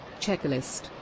checklist